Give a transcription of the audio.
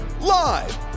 live